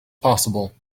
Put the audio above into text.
possible